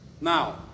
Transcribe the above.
now